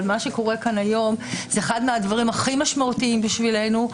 אבל מה שקורה כאן היום זה אחד מהדברים הכי משמעותיים בשבילנו,